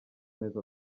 mezi